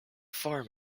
farm